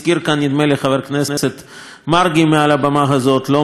חבר הכנסת מרגי מעל הבמה הזאת לא מעט דוגמאות